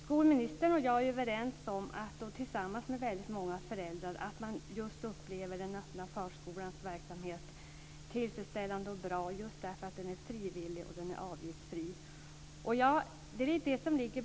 Fru talman! Skolministern och jag, tillsammans med många föräldrar, är överens om att man upplever den öppna förskolans verksamhet som tillfredsställande och bra just därför att den är frivillig och avgiftsfri.